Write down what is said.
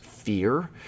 fear